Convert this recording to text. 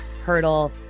hurdle